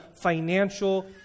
financial